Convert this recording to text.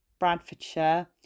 Bradfordshire